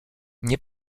nie